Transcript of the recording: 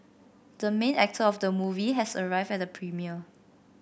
the main actor of the movie has arrived at the premiere